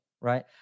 right